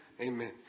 Amen